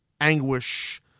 anguish